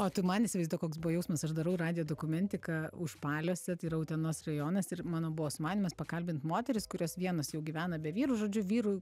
o tu man įsivaizduok koks buvo jausmas aš darau radijo dokumentiką užpaliuose tai yra utenos rajonas ir mano buvo sumanymas pakalbint moteris kurios vienas jau gyvena be vyrų žodžiu vyrų